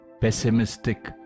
pessimistic